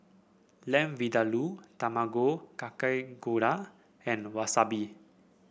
Lamb Vindaloo Tamago Kake Gohan and Wasabi